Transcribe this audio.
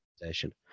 organization